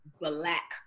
black